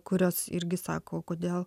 kurios irgi sako o kodėl